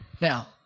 now